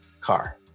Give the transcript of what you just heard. car